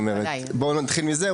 בואו נתחיל מזה,